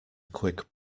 quick